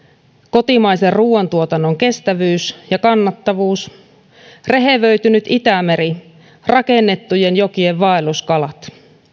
kotimaisen ruuantuotannon kestävyys ja kannattavuus rehevöitynyt itämeri rakennettujen jokien vaelluskalat